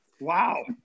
Wow